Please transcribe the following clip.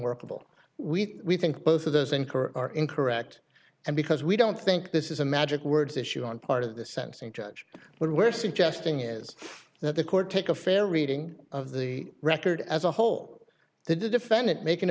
unworkable we think both of those incur are incorrect and because we don't think this is a magic words issue on part of the sensing judge what we're suggesting is that the court take a fair reading of the record as a whole the defendant make an